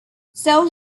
sold